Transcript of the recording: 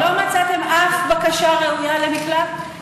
לא מצאתם אף בקשה ראויה למקלט?